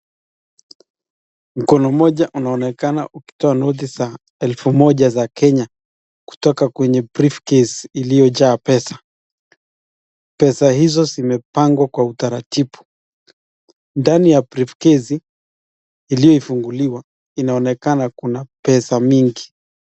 Mko no mmoja unaonekana ukitoa noti za elfu moja za kenya kutoka kwenye briefcase iliyo jaa pesa. Pesa hizo zimepangwa kwa utaratibu, ndani ya brifukesi iliyofunguliwa inaonekana kuna pesa mingi.